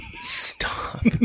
Stop